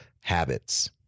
Habits